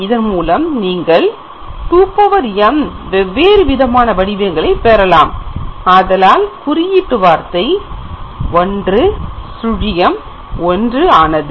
இதன் மூலம் நீங்கள் 2m வெவ்வேறு விதமான வடிவங்களை பெறலாம் ஆதலால் குறியிட்டு வார்த்தை 101 ஆனது